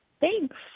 thanks